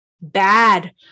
bad